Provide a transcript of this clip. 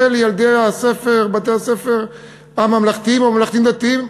ילדי בתי-הספר הממלכתיים או הממלכתיים-דתיים,